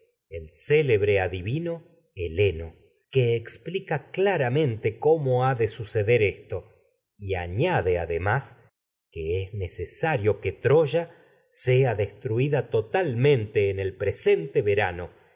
el célebre adivino heleno que explica claramente ha de suceder esto sea no y áñade además que en es ne cesario que troya y destruida totalmente se el pre para sente verano